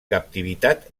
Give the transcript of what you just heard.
captivitat